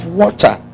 water